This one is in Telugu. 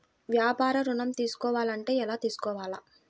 వ్యాపార ఋణం తీసుకోవాలంటే ఎలా తీసుకోవాలా?